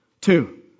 Two